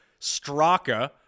Straka